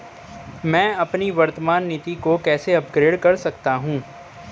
मैं अपनी वर्तमान नीति को कैसे अपग्रेड कर सकता हूँ?